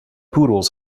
poodles